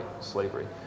slavery